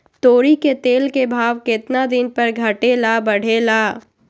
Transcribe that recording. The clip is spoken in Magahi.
तोरी के तेल के भाव केतना दिन पर घटे ला बढ़े ला?